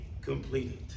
completed